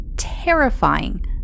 terrifying